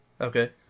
Okay